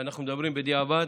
ואנחנו מדברים בדיעבד,